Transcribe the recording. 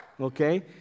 Okay